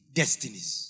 destinies